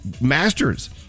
masters